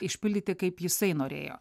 išpildyti kaip jisai norėjo